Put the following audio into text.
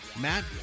Matt